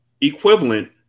equivalent